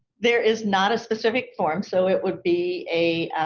there is not a specific form so it would be a